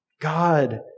God